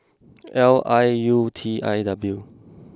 L I U T I W